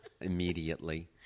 immediately